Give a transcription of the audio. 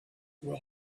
will